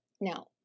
Now